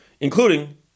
including